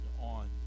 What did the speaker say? on